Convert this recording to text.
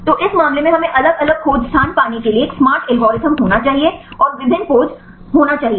तो इस मामले में हमें अलग अलग खोज स्थान पाने के लिए एक स्मार्ट एल्गोरिदम होना चाहिए और विभिन्न पोज़ सही होना चाहिए